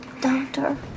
doctor